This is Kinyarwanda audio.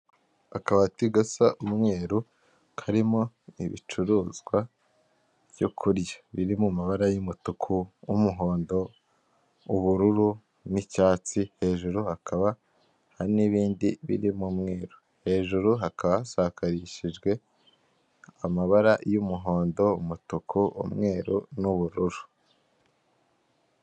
Akabati gasa umweru, karimo ibicuruzwa byo kurya. Biri mu mabara y'umutuku, umuhondo, ubururu n'icyatsi, hejuru hakaba hari n'ibindi birimo umweru. Hejuru hakaba hasakarishijwe amabara y'umuhondo, umutuku, umweru n'ubururu.